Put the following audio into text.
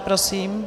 Prosím.